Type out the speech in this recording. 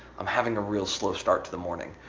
i'm having a real slow start to the morning.